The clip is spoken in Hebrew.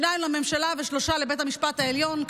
שניים לממשלה ושלושה לבית המשפט העליון.